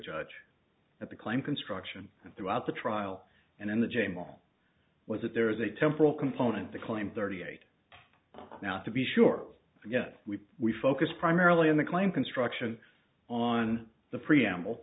judge at the claim construction throughout the trial and in the j mall was that there is a temporal component to claim thirty eight now to be sure yes we we focus primarily on the claim construction on the preamble